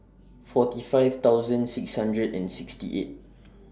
forty five thousand six hundred and sixty eight